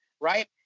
right